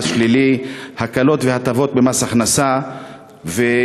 מס הכנסה שלילי,